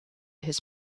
his